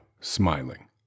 smiling